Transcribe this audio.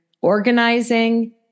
organizing